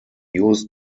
use